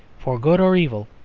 for good or evil,